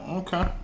okay